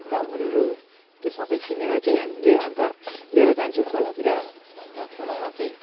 दालमुडहरू त्यो सबै किनेर चाहिँ हामीले अन्त लिएर जान्छौँ खोलातिर अन्त खोलामा चाहिँ